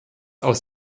aus